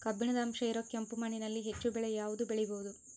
ಕಬ್ಬಿಣದ ಅಂಶ ಇರೋ ಕೆಂಪು ಮಣ್ಣಿನಲ್ಲಿ ಹೆಚ್ಚು ಬೆಳೆ ಯಾವುದು ಬೆಳಿಬೋದು?